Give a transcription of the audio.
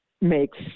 makes